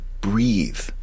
breathe